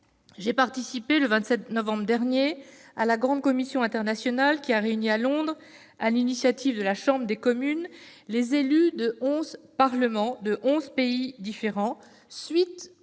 j'ai participé, le 27 novembre dernier, à la grande commission internationale qui a réuni à Londres, sur l'initiative de la Chambre des communes, des parlementaires de onze pays, à la suite